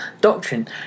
doctrine